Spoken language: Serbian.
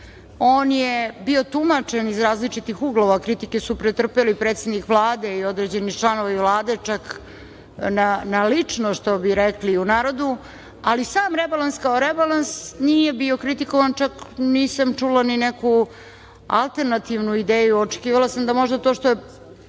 On je bio tumačen iz različitih uglova, kritike su pretrpeli predsednik Vlade i određeni članovi Vlade, čak na lično, što bi rekli u narodu, ali sam rebalans kao rebalans nije bio kritikovan, čak nisam čula ni neku alternativnu ideju, očekivala sam da možda to što je